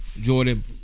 Jordan